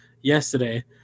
yesterday